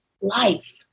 life